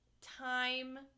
time